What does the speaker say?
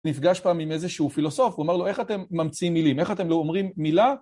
נפגש פעם עם איזשהו פילוסוף ואומר לו, איך אתם ממציאים מילים? איך אתם לא אומרים מילה?